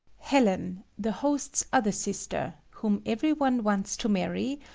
helen, the host's other sister, whom every one wants to marry,